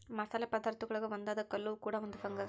ಮಸಾಲೆ ಪದಾರ್ಥಗುಳಾಗ ಒಂದಾದ ಕಲ್ಲುವ್ವ ಕೂಡ ಒಂದು ಫಂಗಸ್